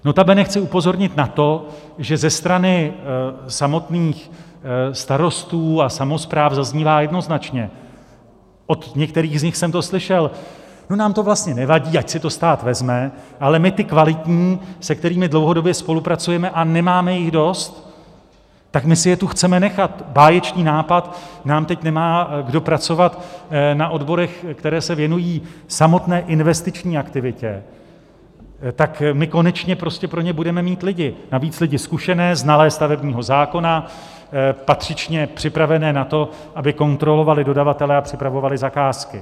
Notabene chci upozornit na to, že ze strany samotných starostů a samospráv zaznívá jednoznačně od některých z nich jsem to slyšel: Nám to vlastně nevadí, ať si to stát vezme, ale my ty kvalitní, se kterými dlouhodobě spolupracujeme a nemáme jich dost, tak my si je tu chceme nechat báječný nápad, nám teď nemá kdo pracovat na odborech, které se věnují samotné investiční aktivitě, my konečně pro ně budeme mít lidi, navíc lidi zkušené, znalé stavebního zákona, patřičně připravené na to, aby kontrolovali dodavatele a připravovali zakázky.